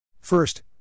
First